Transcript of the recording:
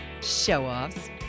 Show-offs